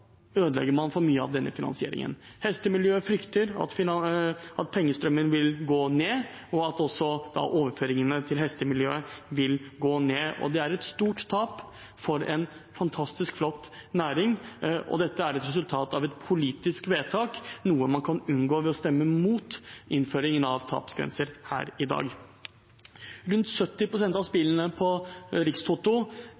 ødelegger man for mye av denne finansieringen. Hestemiljøet frykter at pengestrømmen vil gå ned, og at da også overføringene til hestemiljøet vil gå ned. Det er et stort tap for en fantastisk flott næring, og dette er et resultat av et politisk vedtak, noe man kan unngå ved å stemme mot innføringen av tapsgrenser her i dag. Rundt 70 pst. av